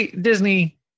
Disney